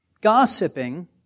Gossiping